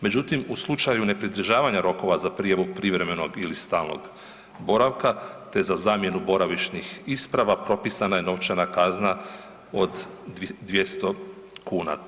Međutim, u slučaju nepridržavanja rokova za prijavu privremenog ili stalnog boravka, te za zamjenu boravišnih isprava propisana je novčana kazna od 200 kuna.